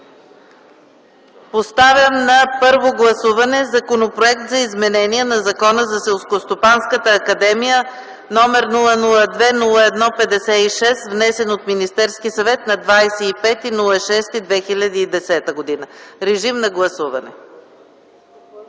Поставям на първо гласуване Законопроект за изменение на Закона за Селскостопанската академия, № 002-01-56, внесен от Министерския съвет на 25.06.2010 г. Гласували